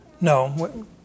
No